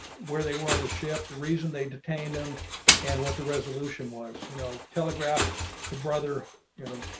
where they were on the ship the reason they detain them and what the resolution was you know telegraphed to brother, you know,